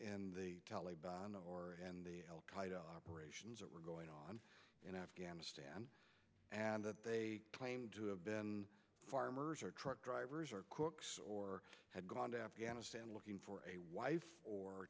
in the taliban or al qaeda operations that were going on in afghanistan and that they claimed to have been farmers or truck drivers or cooks or had gone to afghanistan looking for a wife